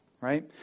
right